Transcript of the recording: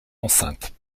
enceinte